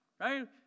Right